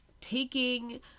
taking